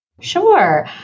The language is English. Sure